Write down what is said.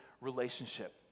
relationship